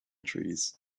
trees